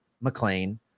McLean